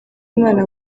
imana